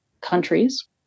countries